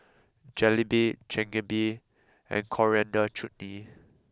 Jalebi Chigenabe and Coriander Chutney